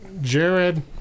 Jared